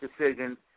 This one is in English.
decisions